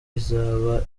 izaba